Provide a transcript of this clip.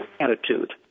attitude